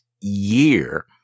year